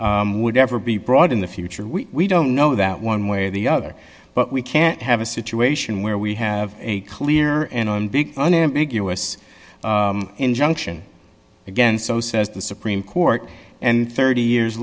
now would ever be brought in the future we don't know that one way or the other but we can't have a situation where we have a clear and on big unambiguous injunction against so says the supreme court and thirty years